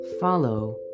follow